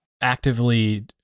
actively